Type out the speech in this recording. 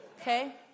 Okay